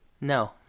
No